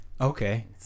Okay